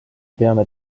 peame